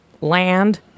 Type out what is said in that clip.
land